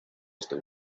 esto